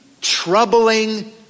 troubling